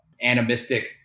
animistic